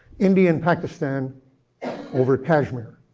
india and pakistan over kashmir.